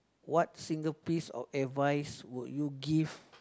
what single piece of advice would you give